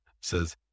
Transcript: says